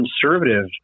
conservative